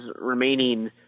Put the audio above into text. remaining